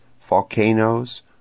volcanoes